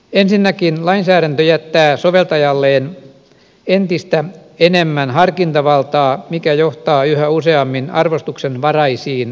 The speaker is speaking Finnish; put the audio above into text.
ensinnäkin lainsäädäntö jättää soveltajalleen entistä enemmän harkintavaltaa mikä johtaa yhä useammin arvostuksenvaraisiin ratkaisuihin